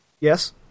Yes